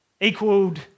equaled